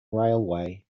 railway